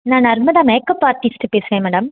நான் Narmada makeup artist பேசுகிறேன் madam